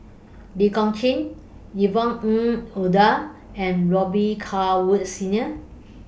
Lee Kong Chian Yvonne Ng Uhde and Robet Carr Woods Senior